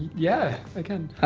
yeah, i can.